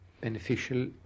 beneficial